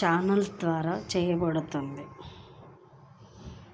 ఛానెల్ల ద్వారా చెయ్యగలుగుతున్నాం